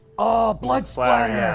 oh, blood splatter!